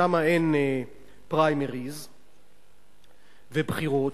שם אין פריימריס ובחירות,